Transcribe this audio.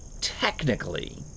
Technically